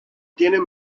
tienen